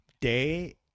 day